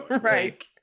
right